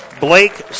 Blake